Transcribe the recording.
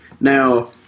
now